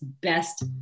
best